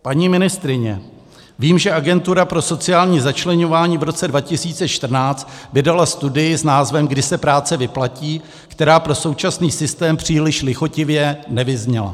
Paní ministryně, vím, že Agentura pro sociální začleňování v roce 2014 vydala studii s názvem Kdy se práce vyplatí, která pro současný systém příliš lichotivě nevyzněla.